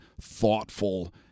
thoughtful